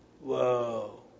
Whoa